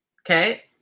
Okay